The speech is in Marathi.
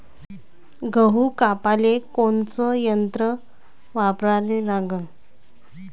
गहू कापाले कोनचं यंत्र वापराले लागन?